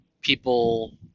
people